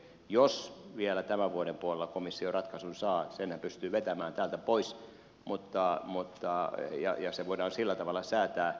jos vielä tämän vuoden puolella komissio ratkaisun saa senhän pystyy vetämään täältä pois ja se voidaan sillä tavalla säätää